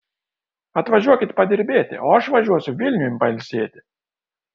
atvažiuokit padirbėti o aš važiuosiu vilniun pailsėti